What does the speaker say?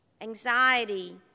anxiety